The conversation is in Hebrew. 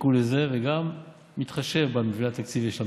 שחיכו לזה וגם מתחשב במתווה התקציבי של המדינה.